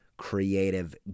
creative